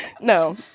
No